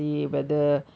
ya